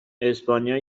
اسپانیا